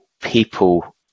people